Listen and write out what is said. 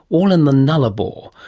all in the nullarbor.